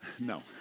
No